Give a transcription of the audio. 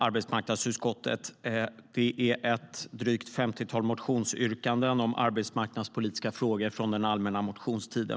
I betänkandet behandlas ett drygt 50-tal motionsyrkanden från den allmänna motionstiden om arbetsmarknadspolitiska frågor.